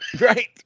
Right